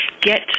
Get